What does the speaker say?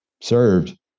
served